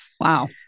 wow